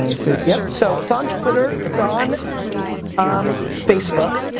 ah yeah so it's on twitter, it's on um facebook.